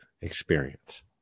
experience